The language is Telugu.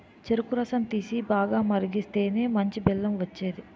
చెరుకు రసం తీసి, బాగా మరిగిస్తేనే మంచి బెల్లం వచ్చేది